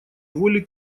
воли